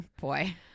boy